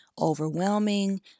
overwhelming